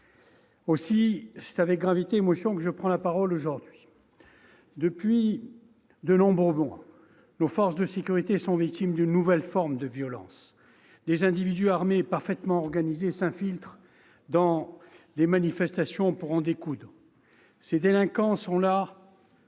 Aussi est-ce avec gravité et émotion que je prends la parole aujourd'hui. Depuis de nombreux mois, nos forces de sécurité sont victimes d'une nouvelle forme de violence. Des individus armés et parfaitement organisés s'infiltrent dans des manifestations pour en découdre. Ces délinquants sont là